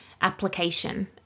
application